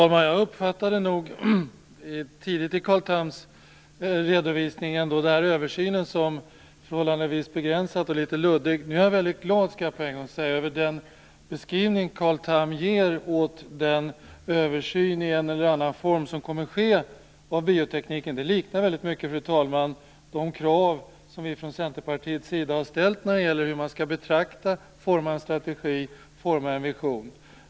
Fru talman! Tidigt i Carl Thams redovisning uppfattade jag den här översynen som förhållandevis begränsad och litet luddig. Nu är jag mycket glad, skall jag för en gångs skull säga, över Carl Thams beskrivning av den översyn i en eller annan form som kommer att ske av biotekniken. Det liknar väldigt mycket, fru talman, de krav som vi från Centerpartiet har ställt när det gäller hur man skall betrakta och forma en strategi och en vision.